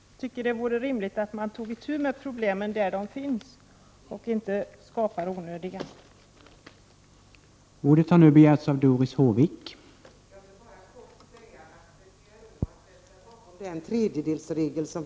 Jag tycker att det vore rimligt att man togitu med problemen där de finns och att man inte skapar onödiga problem.